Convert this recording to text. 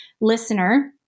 listener